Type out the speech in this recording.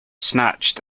snatched